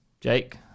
Jake